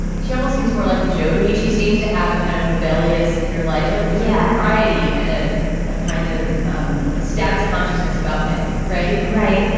she almost seems more like a joe to me. she seems to have a kind of rebellious in her life. like there's yeah a property and a kind of um a status consciousness about meg. right. right.